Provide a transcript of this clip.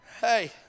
Hey